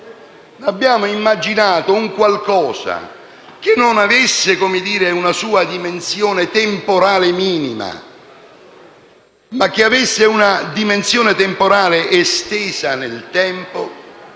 abbiamo immaginato un qualcosa che non avesse una sua dimensione temporale minima, ma che avesse una dimensione temporale estesa nel tempo,